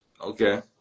okay